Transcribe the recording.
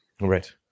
Right